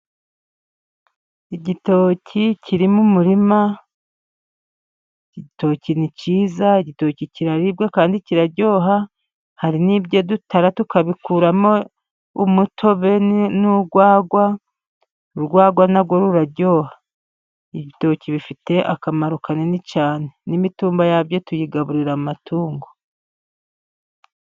Igitoki kiri mu murima, igitoki ni cyiza, igitoki kiraribwa kandi kiraryoha, hari n'ibyo dutara tukabikuramo umutobe n'urwagwa, urwagwa na rwo ruraryoha, ibitoki bifite akamaro kanini cyane, n'imitumba yabyo tuyigaburira amatungo.